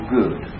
good